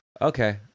Okay